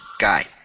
guy